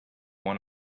one